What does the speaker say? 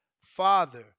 father